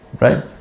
right